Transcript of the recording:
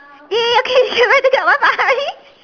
!yay! okay